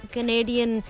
Canadian